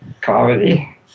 comedy